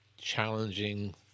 challenging